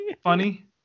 funny